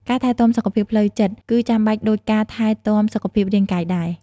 ការថែទាំសុខភាពផ្លូវចិត្តគឺចាំបាច់ដូចការថែទាំសុខភាពរាងកាយដែរ។